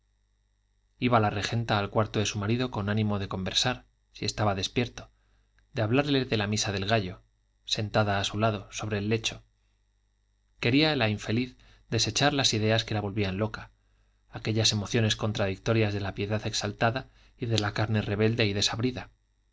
iba la regenta al cuarto de su marido con ánimo de conversar si estaba despierto de hablarle de la misa del gallo sentada a su lado sobre el lecho quería la infeliz desechar las ideas que la volvían loca aquellas emociones contradictorias de la piedad exaltada y de la carne rebelde y desabrida